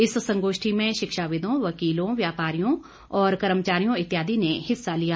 इस संगोष्ठी में शिक्षाविदों वकीलों व्यापारियों और कर्मचारियों इत्यादी ने हिस्सा लिया